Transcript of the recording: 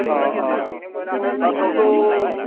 क्लासावथ'